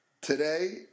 today